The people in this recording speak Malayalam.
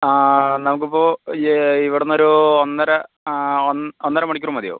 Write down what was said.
ആ നമുക്ക് ഇപ്പോൾ ഇവിടെ നിന്ന് ഒരു ഒന്നര ഒന്നര മണിക്കൂർ മതിയാവും